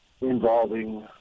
involving